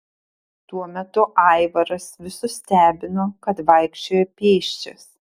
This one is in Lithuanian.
tuo metu aivaras visus stebino kad vaikščiojo pėsčias